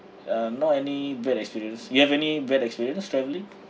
uh no any bad experience you have any bad experience travelling